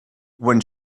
when